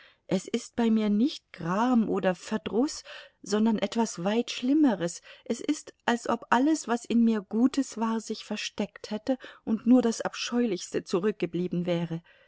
es ist bei mir nicht gram oder verdruß sondern etwas weit schlimmeres es ist als ob alles was in mir gutes war sich versteckt hätte und nur das abscheulichste zurückgeblieben wäre